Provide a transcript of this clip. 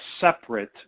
separate